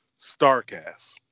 StarCast